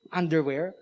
underwear